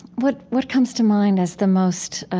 what what comes to mind as the most